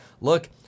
look